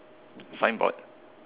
signboard